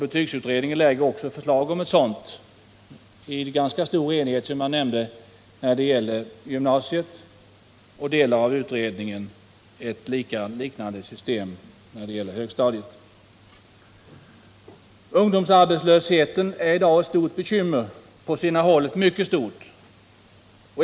Betygsutredningen lägger också i ganska stor enighet fram förslag om ett sådant för gymnasiet, som jag nämnde. Delar av utredningen vill ha ett liknande system för högstadiet. Ungdomsarbetslösheten är i dag ett stort bekymmer, på sina håll mycket stort.